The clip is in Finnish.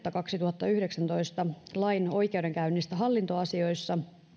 kaksituhattayhdeksäntoista lain oikeudenkäynnistä hallintoasioissa